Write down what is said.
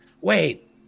Wait